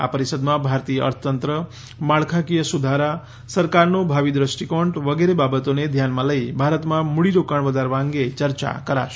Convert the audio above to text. આ પરિષદમાં ભારતીય અર્થતંત્ર માળખાકીય સુધારા સરકારનો ભાવિ દૃષ્ટિકોણ વગેરે બાબતોને ધ્યાનમાં લઈ ભારતમાં મૂડીરોકાણ વધારવા અંગે ચર્ચા કરાશે